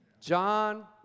John